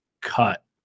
cut